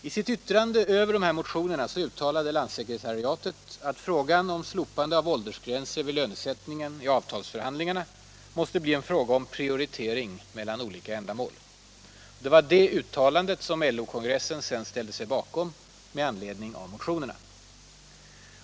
I sitt yttrande över dessa motioner uttalade landssekretariatet att frågan om slopande av åldersgränser vid lönesättningen i avtalsförhandlingarna måste bli en fråga om prioritering mellan olika ändamål. Det var det uttalandet som LO-kongressen sedan ställde sig bakom med anledning av motionerna.